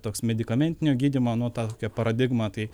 toks medikamentinio gydymo nu tokia paradigma tai